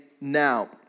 now